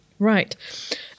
Right